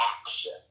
action